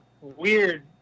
weird